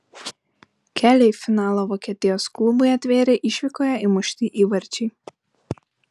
kelią į finalą vokietijos klubui atvėrė išvykoje įmušti įvarčiai